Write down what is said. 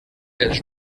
els